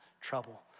trouble